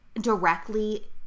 directly